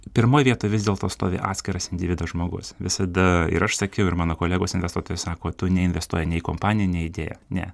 pirmoj vietoj vis dėlto stovi atskiras individas žmogus visada ir aš sakiau ir mano kolegos investuotojai sako tu neinvestuoji nei į kompaniją nei į idėją ne